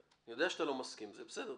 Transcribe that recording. אני יודע שאתה לא מסכים זה בסדר,